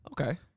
Okay